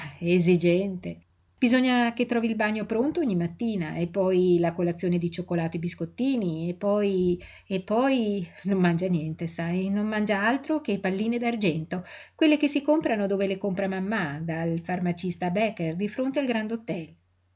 esigente bisogna che trovi il bagno pronto ogni mattina e poi la colazione di cioccolato e biscottini e poi e poi non mangia niente sai non mangia altro che palline d'argento quelle che si comprano dove le compra mammà dal farmacista baker di fronte al grand htel